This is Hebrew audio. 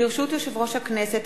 ברשות יושב-ראש הכנסת,